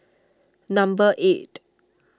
number eight